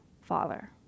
Father